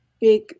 big